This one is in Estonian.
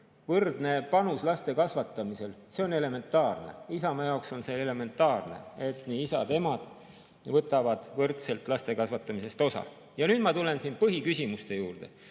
võrdne panus laste kasvatamisel. See on elementaarne. Isamaa jaoks on elementaarne, et nii isad kui ka emad võtavad võrdselt laste kasvatamisest osa. Nüüd ma tulen põhiküsimuste juurde.